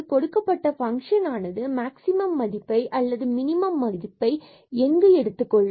கொடுக்கப்பட்ட பங்க்ஷன் ஆனது மேக்ஸிமம் மதிப்பை அல்லது மினிமம் மதிப்பை எங்கு எடுத்துக்கொள்ளும்